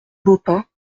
baupin